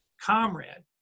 comrade